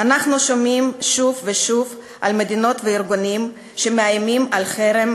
אנחנו שומעים שוב ושוב על מדינות וארגונים שמאיימים בחרם